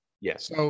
Yes